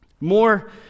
more